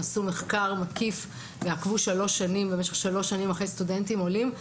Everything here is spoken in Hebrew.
עשו מחקר מקיף ועקבו במשך שלוש שנים אחרי סטודנטים עולים,